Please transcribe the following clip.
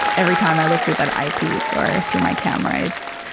every time i look through that eyepiece or through my camera it's,